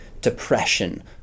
depression